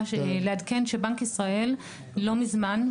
לעדכן שבנק ישראל לא מזמן,